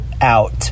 out